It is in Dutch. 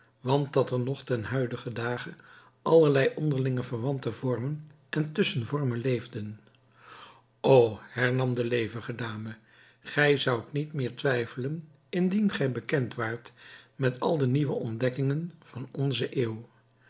want dat er nog ten huidigen dage allerlei onderling verwante vormen en tusschenvormen leefden o hernam de levendige dame gij zoudt niet meer twijfelen indien gij bekend waart met al de nieuwe ontdekkingen van onze eeuw